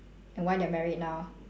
and why they're married now